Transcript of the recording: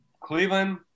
Cleveland